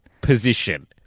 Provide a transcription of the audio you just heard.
position